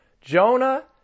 Jonah